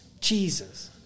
Jesus